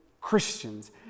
Christians